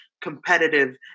competitive